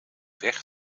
weg